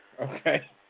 Okay